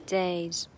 days